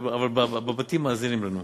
אבל בבתים מאזינים לנו.